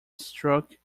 struck